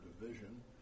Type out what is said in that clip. division